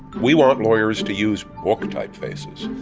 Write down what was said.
we want lawyers to use book typefaces.